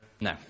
No